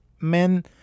men